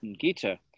Gita